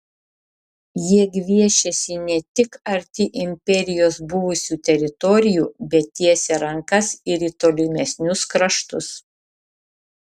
jie gviešiasi ne tik arti imperijos buvusių teritorijų bet tiesia rankas ir į tolimesnius kraštus